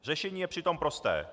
Řešení je přitom prosté.